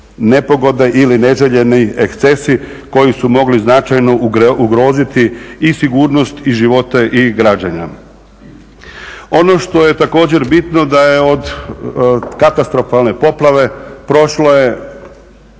nepogode ili neželjeni ekscesi koji su mogli značajno ugroziti i sigurnost i živote i građane. Ono što je također bitno da je od katastrofalne poplave prošlo je